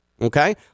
okay